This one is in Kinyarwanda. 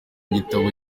gitabo